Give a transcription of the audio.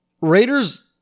Raiders